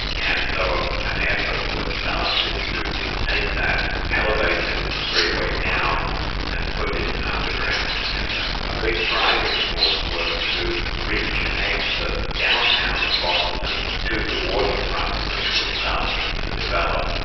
and so ah an and effort was started to take that elevated freeway down and put it underground. and ah a big driving force was to reconnect the downtown of boston to the waterfront, which was starting to develop.